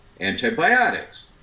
antibiotics